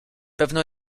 pewno